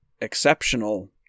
exceptional